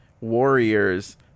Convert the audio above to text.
Warriors